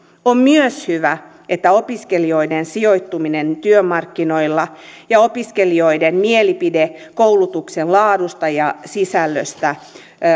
on myös hyvä että opiskelijoiden sijoittuminen työmarkkinoilla ja opiskelijoiden mielipide koulutuksen laadusta ja sisällöstä